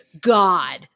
God